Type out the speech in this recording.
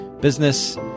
business